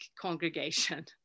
congregation